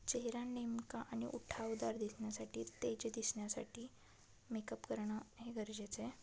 चेहरा नेमका आणि उठावदार दिसण्यासाठी तेज दिसण्यासाठी मेकअप करणं हे गरजेचं आहे